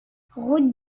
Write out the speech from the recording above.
route